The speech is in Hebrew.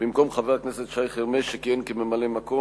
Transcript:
במקום חבר הכנסת שי חרמש שכיהן כממלא-מקום,